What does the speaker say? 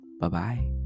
Bye-bye